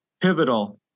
pivotal